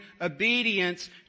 obedience